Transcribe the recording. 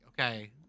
okay